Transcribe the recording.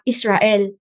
Israel